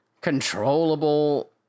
controllable